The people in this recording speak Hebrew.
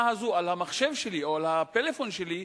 הזו על המחשב שלי או על הפלאפון שלי,